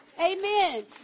Amen